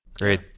Great